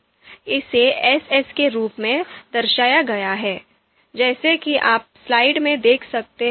इसे S S के रूप में दर्शाया गया है जैसा कि आप स्लाइड में देख सकते हैं